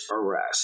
arrest